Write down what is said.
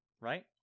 right